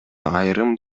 айрым